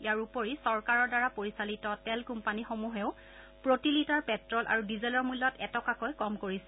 ইয়াৰ উপৰি চৰকাৰ দ্বাৰা পৰিচালিত তেল কোম্পানীসমূহেও প্ৰতি লিটাৰ প্টেল আৰু ডিজেলৰ মূল্যত এটকাকৈ কম কৰিছিল